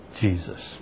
Jesus